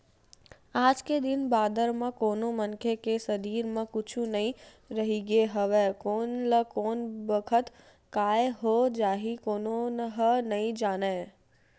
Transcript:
आज के दिन बादर म कोनो मनखे के सरीर म कुछु नइ रहिगे हवय कोन ल कोन बखत काय हो जाही कोनो ह नइ जानय